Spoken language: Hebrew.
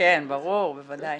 כן, ברור, בוודאי.